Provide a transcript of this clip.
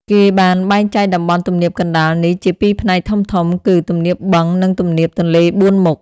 គេបានបែងចែកតំបន់ទំនាបកណ្ដាលនេះជាពីរផ្នែកធំៗ គឺ ទំនាបបឹង និង ទំនាបទន្លេបួនមុខ។